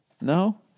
No